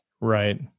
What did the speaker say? Right